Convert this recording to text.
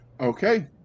Okay